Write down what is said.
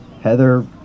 Heather